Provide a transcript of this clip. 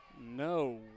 No